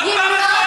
לא יתנהל,